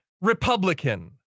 republican